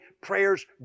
prayers